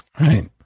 Right